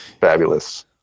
fabulous